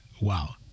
Wow